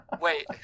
Wait